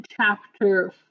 chapter